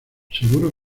seguro